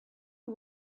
who